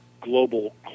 global